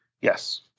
Yes